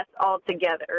altogether